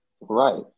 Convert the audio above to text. Right